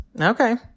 Okay